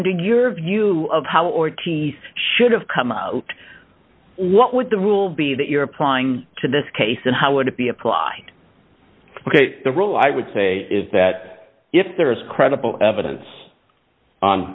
under your view of how ortiz should have come out what would the rule be that you're applying to this case and how would it be applied the rule i would say is that if there is credible evidence